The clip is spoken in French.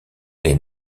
les